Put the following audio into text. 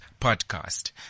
podcast